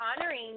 honoring